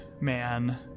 man